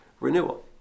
renewal